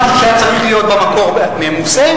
שהיה צריך להיות במקור ממוסה,